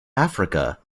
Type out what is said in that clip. africa